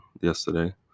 yesterday